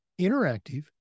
interactive